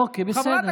אוקיי, בסדר, תודה לך.